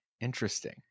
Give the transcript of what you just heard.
Interesting